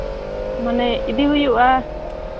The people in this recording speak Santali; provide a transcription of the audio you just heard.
ᱢᱟᱱᱮ ᱤᱫᱤ ᱦᱩᱭᱩᱜᱼᱟ